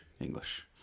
English